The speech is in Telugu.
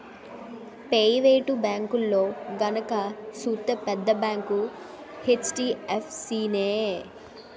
పెయివేటు బేంకుల్లో గనక సూత్తే పెద్ద బేంకు హెచ్.డి.ఎఫ్.సి నే